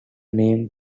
name